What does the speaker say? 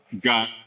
got